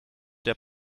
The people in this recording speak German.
der